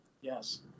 Yes